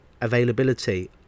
availability